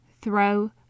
throw